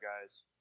guys